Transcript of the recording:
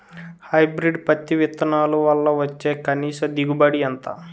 Hybrid పత్తి విత్తనాలు వల్ల వచ్చే కనీస దిగుబడి ఎంత?